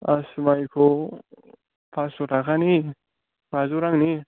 आसु माइखौ फासस' थाखानि बाजौ रांनि